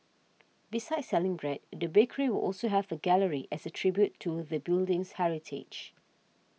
besides selling bread the bakery will also have a gallery as a tribute to the building's heritage